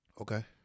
Okay